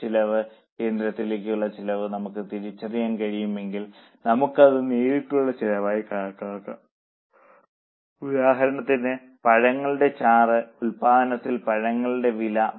ഒരു ചെലവ് കേന്ദ്രത്തിലേക്കുള്ള ചിലവ് നമുക്ക് തിരിച്ചറിയാൻ കഴിയുമെങ്കിൽ നമുക്ക് അത് നേരിട്ടുള്ള ചിലവായി കണക്കാക്കാം ഉദാഹരണത്തിന് പഴങ്ങളുടെ ചാറ് ഉൽപാദനത്തിൽ പഴങ്ങളുടെ വില